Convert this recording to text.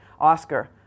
Oscar